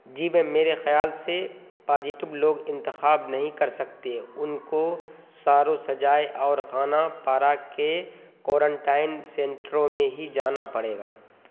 جی بھائی میرے خیال سے پازیٹیو لوگ انتخاب نہیں کرسکتے ان کو ساروسجائے اور خاناپارا کے کوارنٹائن سینٹروں میں ہی جانا پڑے گا